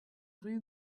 rue